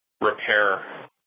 repair